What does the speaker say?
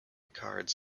cards